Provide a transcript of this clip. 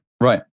Right